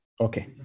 Okay